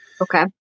Okay